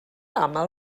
aml